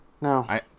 No